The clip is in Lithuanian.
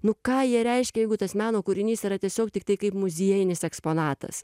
nu ką jie reiškia jeigu tas meno kūrinys yra tiesiog tiktai kaip muziejinis eksponatas